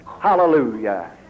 hallelujah